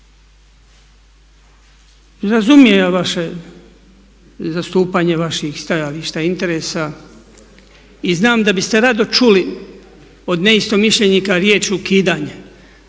Razumijem ja vaše zastupanje vaših stajališta i interesa i znam da biste rado čuli od neistomišljenika riječ ukidanje.